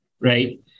right